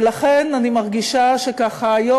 ולכן אני מרגישה שככה היום,